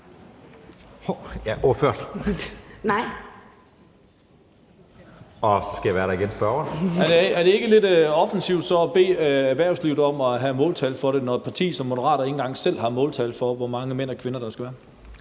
igen. Spørgeren. Kl. 17:57 Lars Boje Mathiesen (UFG): Er det ikke lidt offensivt så at bede erhvervslivet om at have måltal for det, når et parti som Moderaterne ikke engang selv har måltal for, hvor mange mænd og kvinder der skal være?